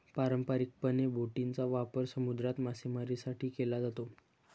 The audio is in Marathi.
पारंपारिकपणे, बोटींचा वापर समुद्रात मासेमारीसाठी केला जातो